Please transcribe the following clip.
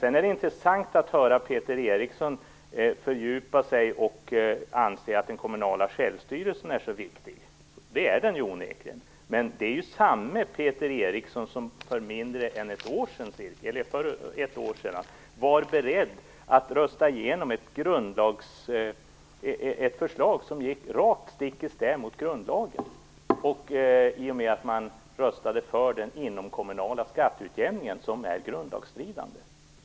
Det är intressant att höra Peter Eriksson fördjupa sig i att den kommunala självstyrelsen är så viktig. Det är den ju onekligen. Men detta är samme Peter Eriksson som för ungefär ett år sedan var beredd att rösta igenom ett förslag som gick stick i stäv mot grundlagen i och med att han röstade för den inomkommunala skatteutjämningen som är grundlagsstridig.